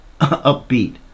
upbeat